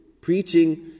preaching